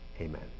Amen